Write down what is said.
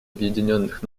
объединенных